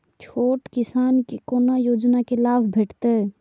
छोट किसान के कोना योजना के लाभ भेटते?